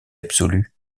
absolue